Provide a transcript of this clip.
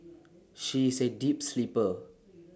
she is A deep sleeper